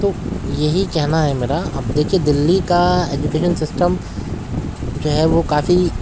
تو یہی کہنا ہے میرا اب دیکھیے دلی کا ایجوکیشن سسٹم جو ہے وہ کافی